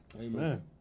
Amen